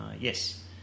Yes